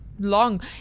long